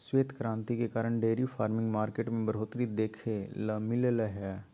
श्वेत क्रांति के कारण डेयरी फार्मिंग मार्केट में बढ़ोतरी देखे ल मिललय हय